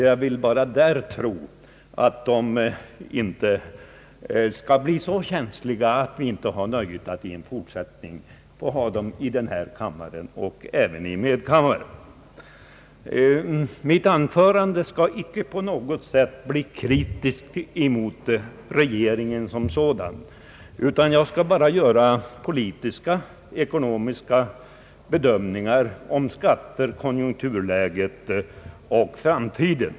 Jag vill tro att de inte skall bli så känsliga att vi inte får nöjet att i fortsättningen ha dem i denna kammare och även i medkammaren. Mitt anförande skall icke på något sätt bli kritiskt mot regeringen som sådan. Jag skall bara göra politiska och ekonomiska bedömningar om skatter, konjunkturläget och framtiden.